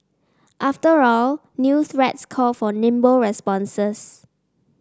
after all new threats call for nimble responses